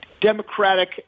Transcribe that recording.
democratic